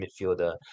midfielder